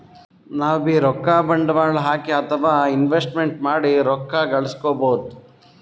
ನಾವ್ಬೀ ರೊಕ್ಕ ಬಂಡ್ವಾಳ್ ಹಾಕಿ ಅಥವಾ ಇನ್ವೆಸ್ಟ್ಮೆಂಟ್ ಮಾಡಿ ರೊಕ್ಕ ಘಳಸ್ಕೊಬಹುದ್